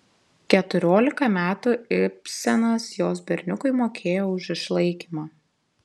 keturiolika metų ibsenas jos berniukui mokėjo už išlaikymą